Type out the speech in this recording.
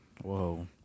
whoa